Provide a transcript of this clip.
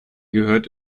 gehört